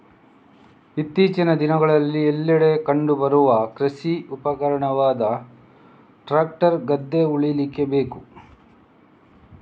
ಇತ್ತೀಚಿನ ದಿನಗಳಲ್ಲಿ ಎಲ್ಲೆಡೆ ಕಂಡು ಬರುವ ಕೃಷಿ ಉಪಕರಣವಾದ ಟ್ರಾಕ್ಟರ್ ಗದ್ದೆ ಉಳ್ಳಿಕ್ಕೆ ಬೇಕು